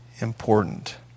important